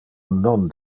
non